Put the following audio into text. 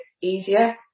easier